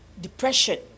depression